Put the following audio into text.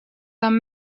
amb